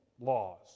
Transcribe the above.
laws